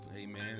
amen